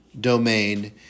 domain